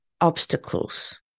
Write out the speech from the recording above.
obstacles